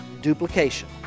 duplication